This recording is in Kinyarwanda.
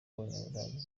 abanyaburayi